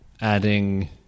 adding